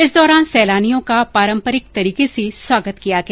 इस दौरान सैलानियों का पारम्परिक तरीके से स्वागत किया गया